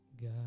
God